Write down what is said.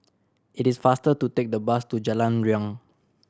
it is faster to take the bus to Jalan Riang